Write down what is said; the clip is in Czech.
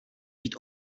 být